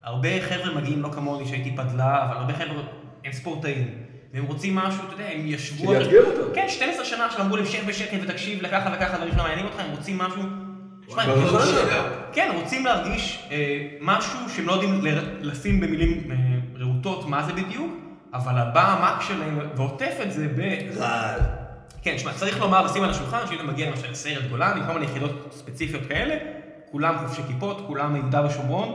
הרבה חבר'ה מגיעים, לא כמוני שהייתי פדלאה, אבל הרבה חבר'ה הם ספורטאים. והם רוצים משהו, אתה יודע, הם ישבו... שיאתגר אותם? כן, 12 שנה עכשיו אמרו להם שב בשקט ותקשיב, לככה וככה, ולא יכולם לעניין אותך. הם רוצים משהו... תשמע, הם רוצים משהו... כן, רוצים להרגיש משהו שהם לא יודעים לשים במילים רהוטות מה זה בדיוק, אבל הבא העמק שלהם עוטף את זה ב... רעד. כן, תשמע, צריך לומר ולשים על השולחן, שיהיה להם מגיעה לנושא הישראל הגדולה, אני לא קורא לך על סיירת גולני וכל מיני יחידות ספציפיות כאלה, כולם חובשי כיפות, כולם מיהודה ושומרון.